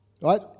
Right